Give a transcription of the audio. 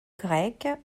grecques